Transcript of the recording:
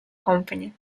company